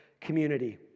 community